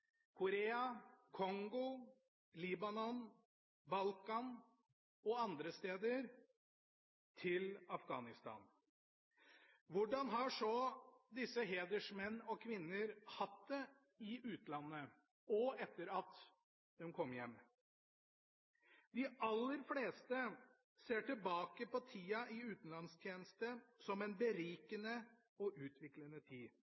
Korea, Kongo, Libanon, Balkan og andre steder til Afghanistan. Hvordan har disse hedersmenn og -kvinner hatt det i utlandet og etter at de kom hjem? De aller fleste ser tilbake på tida i utenlandstjeneste som en berikende og utviklende tid,